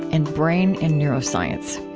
and brain and neuroscience.